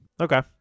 Okay